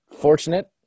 Fortunate